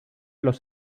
los